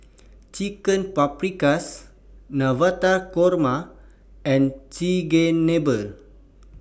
Chicken Paprikas Navratan Korma and Chigenabe